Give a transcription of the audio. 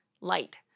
light